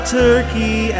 turkey